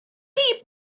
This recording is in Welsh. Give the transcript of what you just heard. chi